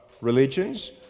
religions